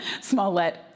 Smollett